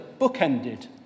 bookended